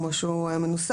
כמו שהוא מנוסח,